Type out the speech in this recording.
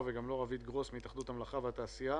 לצאת מהבית לצורך קבלת השירות הזה.